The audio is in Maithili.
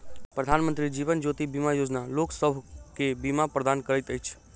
प्रधानमंत्री जीवन ज्योति बीमा योजना लोकसभ के बीमा प्रदान करैत अछि